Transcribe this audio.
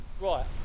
Right